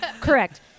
correct